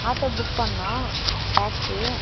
auto book பண்ணிணோம் taxi